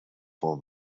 voor